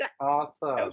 Awesome